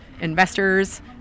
investors